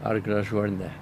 ar gražu ar ne